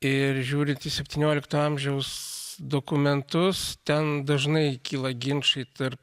ir žiūrint į septyniolikto amžiaus dokumentus ten dažnai kyla ginčai tarp